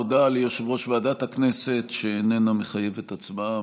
הודעה ליושב-ראש ועדת הכנסת שאיננה מחייבת הצבעה.